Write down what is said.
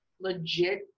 legit